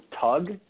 Tug